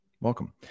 Welcome